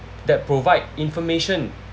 that provide information